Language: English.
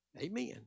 amen